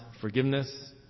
forgiveness